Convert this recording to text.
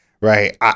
right